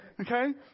Okay